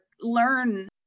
learn